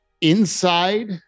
inside